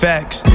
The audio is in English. Facts